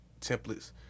templates